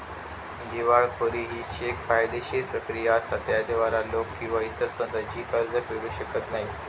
दिवाळखोरी ही येक कायदेशीर प्रक्रिया असा ज्याद्वारा लोक किंवा इतर संस्था जी कर्ज फेडू शकत नाही